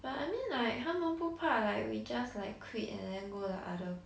but I mean like 他们不怕 like we just like quit and then go the other